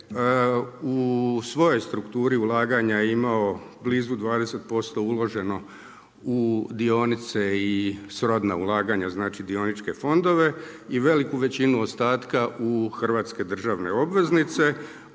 U svojoj strukturi ulaganja je imao blizu 20% uloženo u dionice i srodna ulaganja, znači dioničke fondove i veliku većinu ostatka u hrvatske državne obveznice.